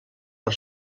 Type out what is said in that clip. per